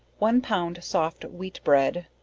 one pound soft wheat bread,